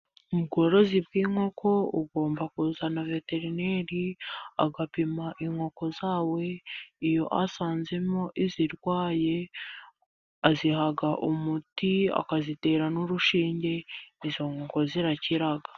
Mu bworozi bw'inkoko ugomba kuzana veterineri, agapima inkoko zawe, iyo asanzemo izirwaye aziha umuti akazitera n'urushinge, izo nkoko zirakira.